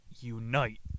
Unite